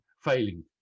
failing